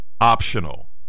optional